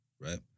Right